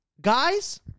Guys